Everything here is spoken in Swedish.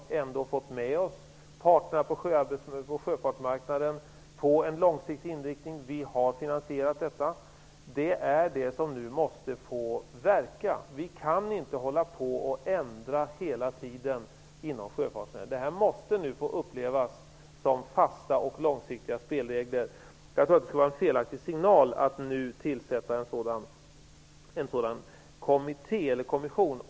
Vi har fått med oss parterna på sjöfartsmarknaden på en långsiktig inriktning. Vi har finansierat detta. Det är vad som nu måste få verka. Vi kan inte hålla på att ändra hela tiden inom sjöfartsnäringen. Detta måste nu ses som fasta och långsiktiga spelregler. Det vore en felaktig signal att nu tillsätta en sådan kommitté eller kommission.